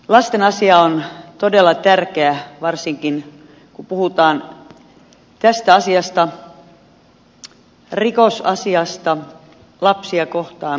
lasten asia on todella tärkeä varsinkin kun puhutaan tästä asiasta mahdollisesta rikosasiasta lapsia kohtaan